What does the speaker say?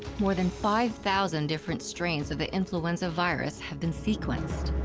more than five thousand different strains of the influenza virus have been sequenced.